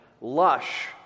lush